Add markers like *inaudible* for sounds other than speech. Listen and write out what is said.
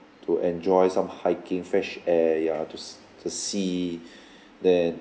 to enjoy some hiking fresh air ya to s~ to see *breath* then